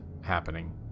happening